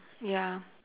yeah